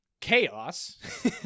chaos